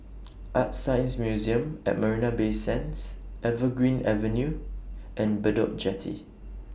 ArtScience Museum At Marina Bay Sands Evergreen Avenue and Bedok Jetty